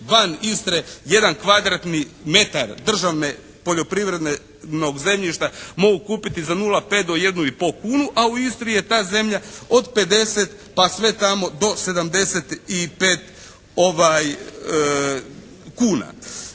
van Istre jedan kvadratni metar državne poljoprivrednog zemljišta mogu kupiti za nula pet do jednu i pol kunu, a u Istri je ta zemlja od 50 pa sve tamo do 75 kuna.